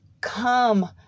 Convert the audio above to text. come